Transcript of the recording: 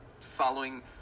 following